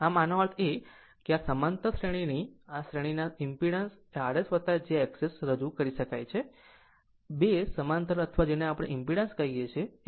આમ આનો અર્થ એ કે આ તે છે કે સમાંતર શ્રેણીની એક શ્રેણીના ઈમ્પીડન્સ rs jXS રજૂ કરી શકાય છે 2 સમાંતર એ અથવા જેને આપણે ઈમ્પીડન્સ કહીએ છીએ